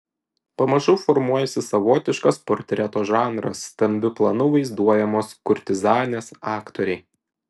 pamažu formuojasi savotiškas portreto žanras stambiu planu vaizduojamos kurtizanės aktoriai